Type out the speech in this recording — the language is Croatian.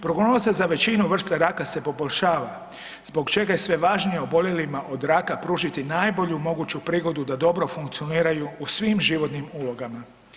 Prognoze za većinu vrste raka se poboljšava zbog čega je sve važnije oboljelima od raka pružiti najbolju moguću prigodu da dobro funkcioniraju u svim životnim ulogama.